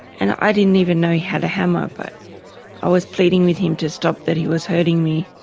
and i didn't even know he had a hammer but i was pleading with him to stop, that he was hurting me.